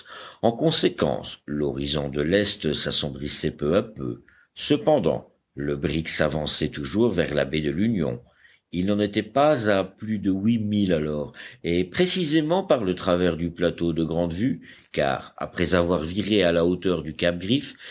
en conséquence l'horizon de l'est s'assombrissait peu à peu cependant le brick s'avançait toujours vers la baie de l'union il n'en était pas à plus de huit milles alors et précisément par le travers du plateau de grande vue car après avoir viré à la hauteur du cap griffe